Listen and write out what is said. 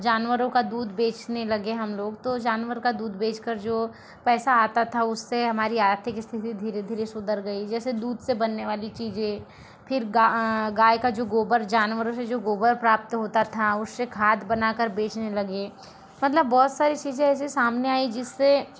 जानवरों का दूध बेचने लगे हम लोग तो जानवर का दूध बेच कर जो पैसा आता था उससे हमारी आर्थिक स्थति धीरे धीरे सुधर गई जैसे दूध से बनने वाली चीज़ें फिर गाय का जो गोबर जानवरों से जो गोबर प्राप्त होता था उसशे खाद बना कर बेचने लगे मतलब बहुत सारी चीज़ें ऐसी सामने आई जिससे